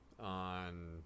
On